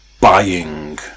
Buying